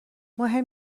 مهم